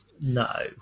No